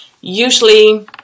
Usually